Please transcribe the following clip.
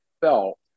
felt